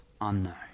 unknown